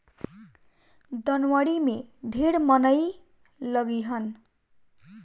दँवरी में ढेर मनई लगिहन